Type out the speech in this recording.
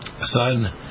son